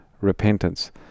repentance